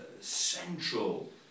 central